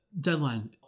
Deadline